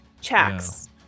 checks